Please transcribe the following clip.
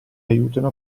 aiutano